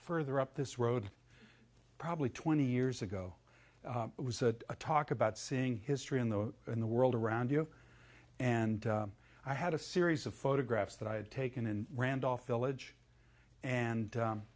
further up this road probably twenty years ago it was a talk about seeing history in the in the world around you and i had a series of photographs that i had taken in randolph village and